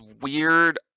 weird